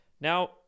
Now